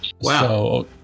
wow